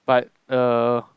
but err